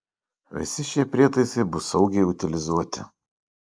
visi šie prietaisai bus saugiai utilizuoti